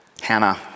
Hannah